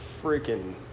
freaking